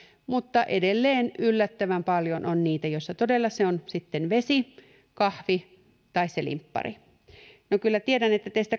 mutta edelleen yllättävän paljon on niitä joissa todella se on sitten vesi kahvi tai se limppari kyllä tiedän että teistä